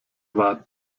war